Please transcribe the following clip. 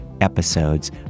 episodes